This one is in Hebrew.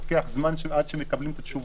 לוקח זמן עד שמקבלים את התשובות,